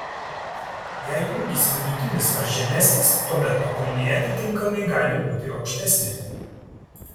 jei ūgis vidutinis ar žemesnis tuomet pakulnė atitinkamai gali būti aukštesnė